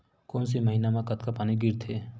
कोन से महीना म कतका पानी गिरथे?